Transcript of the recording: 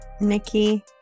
Nikki